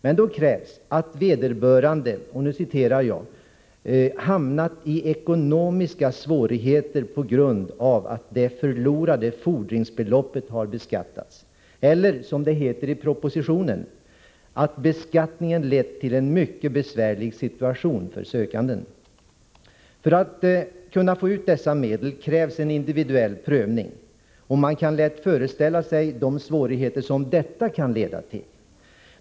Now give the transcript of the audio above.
Men då krävs det att vederbörande ”hamnat i ekonomiska svårigheter på grund av att det förlorade fordringsbeloppet har beskattats” eller, som det heter i propositionen, att ”beskattningen lett till en mycket besvärlig situation för sökanden”. För att kunna få ut dessa medel krävs en individuell prövning, och man kan lätt föreställa sig de svårigheter som detta kan leda till.